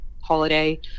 holiday